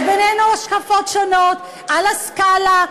יש בינינו השקפות שונות על הסקאלה,